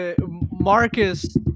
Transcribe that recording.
Marcus